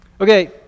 Okay